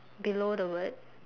below the word